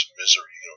misery